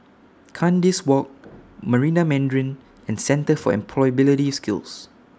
Kandis Walk Marina Mandarin and Centre For Employability Skills